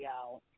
out